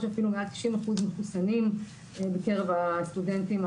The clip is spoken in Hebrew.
שאפילו מעל ל90% - מחוסנים בקרב הסטודנטים,